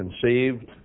conceived